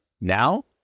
Now